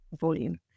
volume